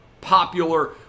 popular